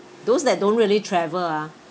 those that don't really travel ah